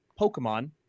Pokemon